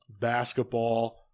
basketball